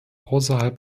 außerhalb